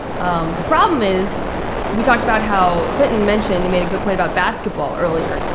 um the problem is we talked about how clinton mentioned he made a good point about basketball earlier.